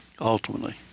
ultimately